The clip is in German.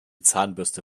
zahnbürste